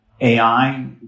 AI